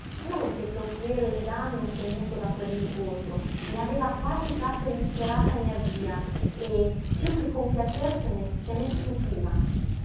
che soffrire il danno temuto da quell'incontro ne aveva quasi tratto insperata energia e piú che compiacersene se ne stupiva